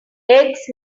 eggs